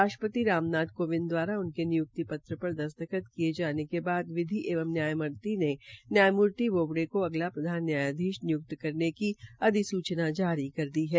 राष्ट्रपति राम नाथ कोविंद द्वारा उनके निय्क्ति पत्र पर दस्तखत किये जाने के बाद विधि एवं न्याय मंत्री न्यायमूर्ति बोब्डे का अगला प्रधान न्यायाधीश निय्क्ति करने की अधिसूचना जारी कर दी है